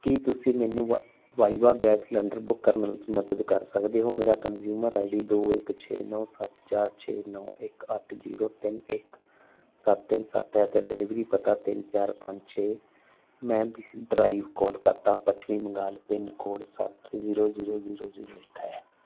ਕੀ ਤੁਸੀਂ ਮੈਨੂੰ ਵ ਵਾਈਵਾ ਗੈਸ ਸਿਲੰਡਰ ਬੁੱਕ ਕਰਨ ਵਿੱਚ ਮਦਦ ਕਰ ਸਕਦੇ ਹੋ ਮੇਰਾ ਕਨਜ਼ੂਮਰ ਆਈਡੀ ਦੋ ਇੱਕ ਛੇ ਨੌਂ ਸੱਤ ਚਾਰ ਛੇ ਨੌਂ ਇੱਕ ਅੱਠ ਜ਼ੀਰੋ ਤਿੰਨ ਇੱਕ ਸੱਤ ਤਿੰਨ ਸੱਤ ਹੈ ਅਤੇ ਡਿਲਿਵਰੀ ਪਤਾ ਤਿੰਨ ਚਾਰ ਪੰਜ ਛੇ ਮੈਪਲ ਡਰਾਈਵ ਕੋਲਕਾਤਾ ਪੱਛਮੀ ਬੰਗਾਲ ਪਿੰਨ ਕੋਡ ਸੱਤ ਜ਼ੀਰੋ ਜ਼ੀਰੋ ਜ਼ੀਰੋ ਜ਼ੀਰੋ ਇੱਕ ਹੈ